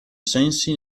sensi